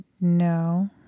No